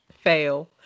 Fail